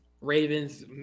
Ravens